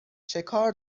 چکار